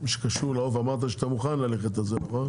שקשור לעוף, אמרת שאתה מוכן ללכת על זה נכון?